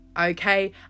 okay